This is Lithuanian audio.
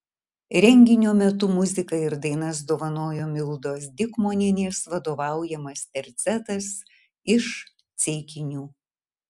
renginio metu muziką ir dainas dovanojo mildos dikmonienės vadovaujamas tercetas iš ceikinių